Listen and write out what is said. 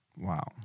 Wow